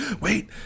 Wait